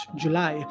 july